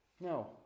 no